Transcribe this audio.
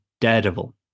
Daredevil